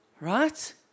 Right